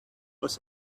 was